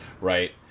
Right